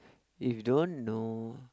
if you don't know